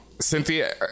Cynthia